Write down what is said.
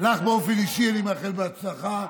לך באופן אישי אני מאחל בהצלחה.